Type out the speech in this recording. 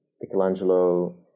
Michelangelo